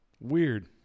Weird